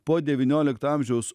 po devyniolikto amžiaus